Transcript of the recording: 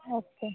okay